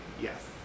Yes